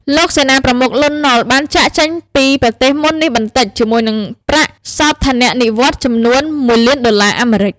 លោកសេនាប្រមុខ លន់ នល់ បានចាកចេញពីប្រទេសមុននេះបន្តិចជាមួយនឹងប្រាក់សោធននិវត្តន៍ចំនួន ១ លានដុល្លារអាមេរិក។